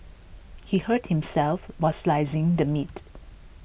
he hurt himself while slicing the meat